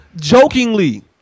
jokingly